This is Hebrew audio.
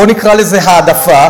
בוא נקרא לזה העדפה,